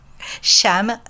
sham